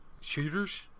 shooters